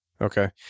Okay